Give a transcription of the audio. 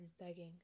begging